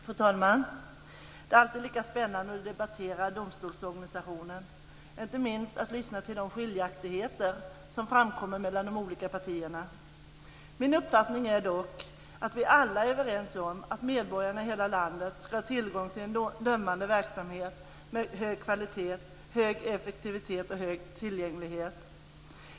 Fru talman! Det är alltid lika spännande att debattera domstolsorganisationen och inte minst att lyssna till de skiljaktigheter som framkommer mellan de olika partierna. Min uppfattning är dock att vi alla är överens om att medborgarna i hela landet ska ha tillgång till en dömande verksamhet med hög kvalitet, hög effektivitet och hög tillgänglighet.